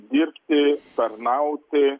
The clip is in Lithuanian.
dirbti tarnauti